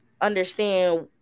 understand